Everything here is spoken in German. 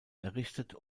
errichtet